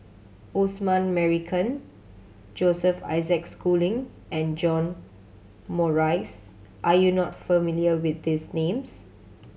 Osman Merican Joseph Isaac Schooling and John Morrice are you not familiar with these names